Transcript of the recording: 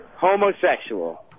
homosexual